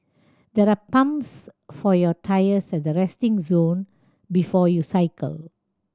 there are pumps for your tyres at the resting zone before you cycle